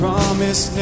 promise